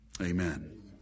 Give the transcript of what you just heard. Amen